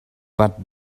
but